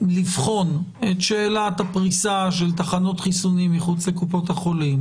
לבחון את שאלת הפריסה של תחנות חיסונים מחוץ לקופות החולים.